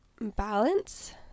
balance